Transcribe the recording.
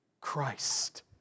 Christ